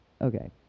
Okay